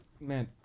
man